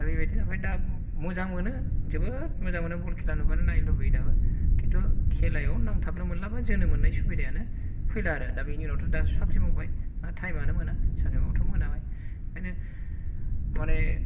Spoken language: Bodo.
दा बेबादिनो ओमफ्राय दा मोजां मोनो जोबोद मोजां मोनो बल खेला नुबानो नायनो लुबैयो दाबो खिन्थु खेलायाव नांथाबनो मोनला एबा जोनो मोननाय सुबिदायानो फैला आरो दा बेनि उनावथ' दा साख्रि मावबाय दा टाइम आनो मोना साख्रि मावबाथ' मोनाबाय ओंखायनो माने